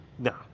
No